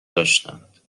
داشتند